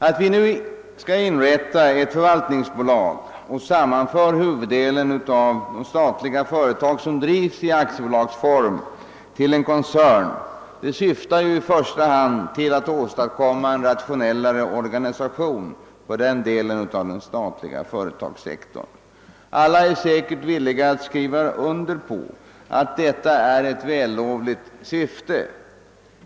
Att vi nu skall inrätta ett förvaltningsbolag och sammanföra huvuddelen av de statliga företag som drivs i aktiebolagsform till en koncern syftar i första hand till att åstadkomma en rationellare organisation för den delen av den statliga företagssektorn. Alla är säkerligen villiga att skriva under på att det syftet är vällovligt.